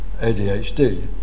ADHD